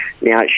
Now